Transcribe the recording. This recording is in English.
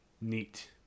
neat